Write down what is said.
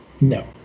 No